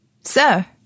Sir